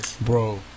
Bro